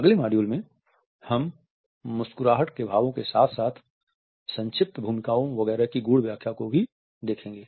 अगले मॉड्यूल में हम मुस्कुराहट के भावों के साथ साथ संक्षिप्त भूमिकाओं वगैरह की गूढ़ व्याख्याओं को भी देखेंगे